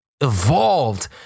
evolved